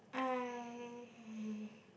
I